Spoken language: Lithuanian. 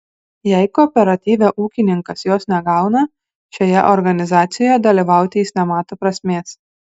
jei kooperatyve ūkininkas jos negauna šioje organizacijoje dalyvauti jis nemato prasmės